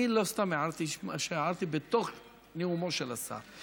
אני לא סתם הערתי מה שהערתי בתוך נאומו של השר,